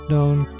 known